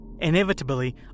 Inevitably